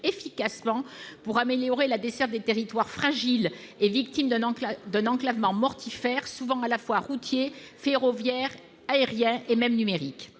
efficacement pour améliorer la desserte des territoires fragiles et victimes d'un enclavement mortifère, souvent à la fois routier, ferroviaire, aérien, et même numérique.